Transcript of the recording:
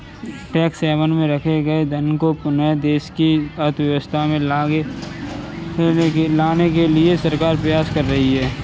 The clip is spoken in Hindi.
टैक्स हैवन में रखे गए धन को पुनः देश की अर्थव्यवस्था में लाने के लिए सरकार प्रयास कर रही है